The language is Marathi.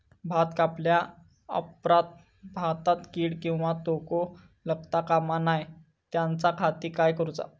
भात कापल्या ऑप्रात भाताक कीड किंवा तोको लगता काम नाय त्याच्या खाती काय करुचा?